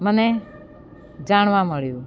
મને જાણવા મળ્યું